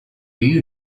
you